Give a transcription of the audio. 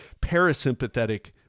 parasympathetic